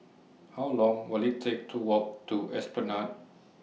How Long Will IT Take to Walk to Esplanade